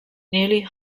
nearly